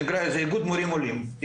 איגוד מורים עולים.